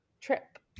trip